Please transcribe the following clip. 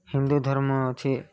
ହିନ୍ଦୁ ଧର୍ମ ଅଛି